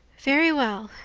very well,